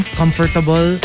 comfortable